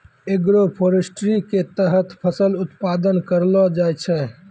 agroforestry के तहत फसल उत्पादन करलो जाय छै